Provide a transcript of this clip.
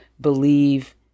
believe